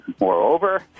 Moreover